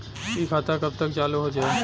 इ खाता कब तक चालू हो जाई?